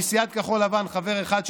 מסיעת כחול לבן חבר אחד,